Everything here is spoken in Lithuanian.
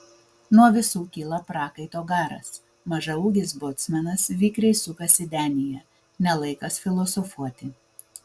nuo visų kyla prakaito garas mažaūgis bocmanas vikriai sukasi denyje ne laikas filosofuoti